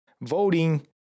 voting